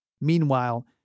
Meanwhile